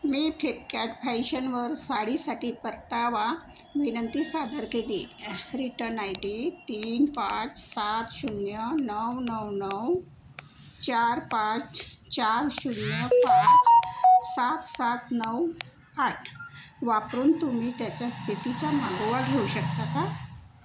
मी फ्लिपकार्ट फॅयशनवर साडीसाठी परतावा विनंती सादर केली रिटन आय डी तीन पाच सात शून्य नऊ नऊ नऊ चार पाच चार शून्य पाच सात सात नऊ आठ वापरून तुम्ही त्याच्या स्थितीच्या मागोवा घेऊ शकता का